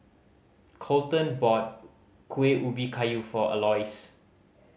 Colten bought Kuih Ubi Kayu for Aloys